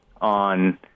on